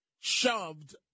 shoved